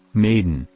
maiden,